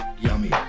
yummy